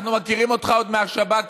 אנחנו מכירים אותך עוד מהשב"כ,